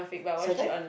second